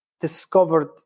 discovered